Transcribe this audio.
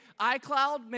iCloud